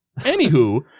Anywho